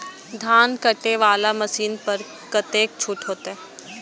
धान कटे वाला मशीन पर कतेक छूट होते?